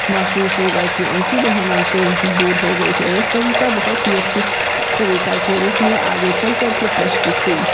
महसूस होगा कि उनकी बहन उनसे दूर हो गई है यह कविता बहुत ही अच्छी कविता के रूप में आगे चल कर के प्रस्तुत हुई